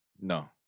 No